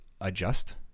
adjust